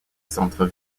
centre